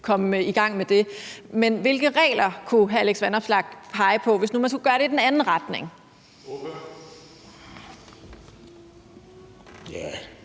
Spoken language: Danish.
komme i gang med det. Men hvilke regler kunne hr. Alex Vanopslagh pege på, hvis nu man skulle gøre det i den anden retning? Kl.